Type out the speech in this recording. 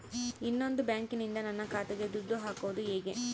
ಇನ್ನೊಂದು ಬ್ಯಾಂಕಿನಿಂದ ನನ್ನ ಖಾತೆಗೆ ದುಡ್ಡು ಹಾಕೋದು ಹೇಗೆ?